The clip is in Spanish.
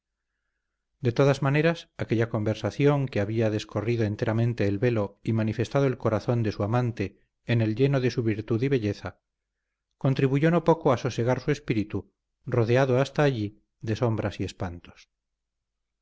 de todas maneras aquella conversación que había descorrido enteramente el velo y manifestado el corazón de su amante en el lleno de su virtud y belleza contribuyó no poco a sosegar su espíritu rodeado hasta allí de sombras y espantos